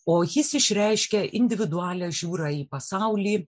o jis išreiškia individualią žiūrą į pasaulį